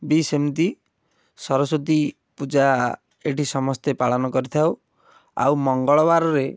ବି ସେମିତି ସରସ୍ୱତୀ ପୂଜା ଏଠି ସମସ୍ତେ ପାଳନ କରିଥାଉ ଆଉ ମଙ୍ଗଳବାରରେ